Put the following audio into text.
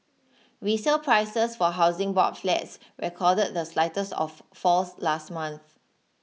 resale prices for Housing Board flats recorded the slightest of falls last month